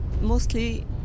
mostly